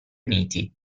uniti